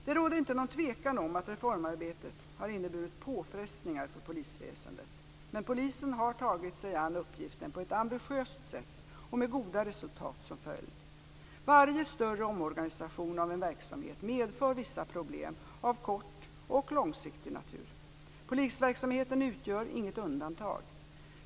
Det råder inte någon tvekan om att reformarbetet har inneburit påfrestningar för polisväsendet, men polisen har tagit sig an uppgiften på ett ambitiöst sätt med goda resultat som följd. Varje större omorganisation av en verksamhet medför vissa problem av kort och långsiktig natur. Polisverksamheten utgör inget undantag.